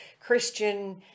Christian